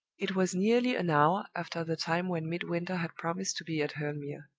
it was nearly an hour after the time when midwinter had promised to be at hurle mere.